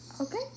okay